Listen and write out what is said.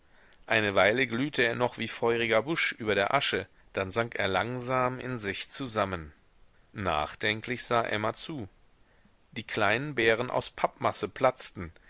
eine weile glühte er noch wie ein feuriger busch über der asche dann sank er langsam in sich zusammen nachdenklich sah emma zu die kleinen beeren aus pappmasse platzten